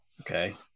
Okay